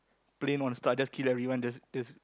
plain on start just kill everyone that's that's